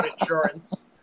insurance